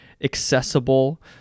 accessible